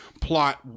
plot